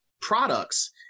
products